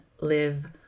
live